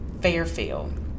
Fairfield